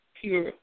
pure